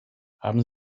haben